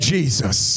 Jesus